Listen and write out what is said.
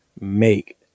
make